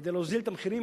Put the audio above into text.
כדי להוזיל את המחירים,